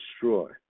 destroy